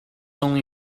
only